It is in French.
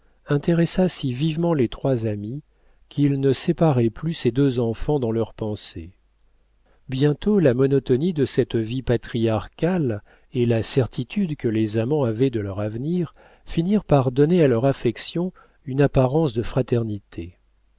intéressa si vivement les trois amis qu'ils ne séparaient plus ces deux enfants dans leurs pensées bientôt la monotonie de cette vie patriarcale et la certitude que les amants avaient de leur avenir finirent par donner à leur affection une apparence de fraternité